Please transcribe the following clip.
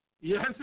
Yes